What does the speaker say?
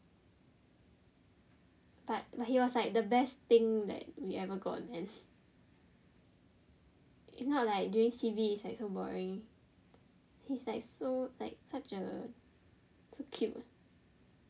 but but he was like the best thing that we ever got man if not like during C_B it's like so boring he's like so like such a so cute